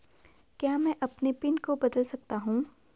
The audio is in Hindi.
क्या मैं अपने पिन को बदल सकता हूँ?